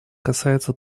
касается